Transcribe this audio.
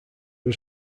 was